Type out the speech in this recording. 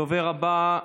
הדובר הבא,